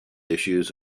issues